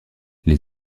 les